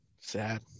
sad